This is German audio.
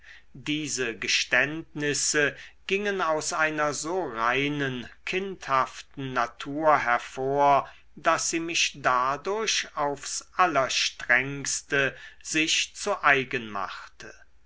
diese geständnisse gingen aus einer so reinen kindhaften natur hervor daß sie mich dadurch aufs allerstrengste sich zu eigen machte